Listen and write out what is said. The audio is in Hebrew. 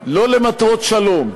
לא למטרות שלום,